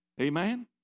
Amen